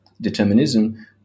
determinism